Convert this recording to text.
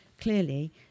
clearly